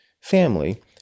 family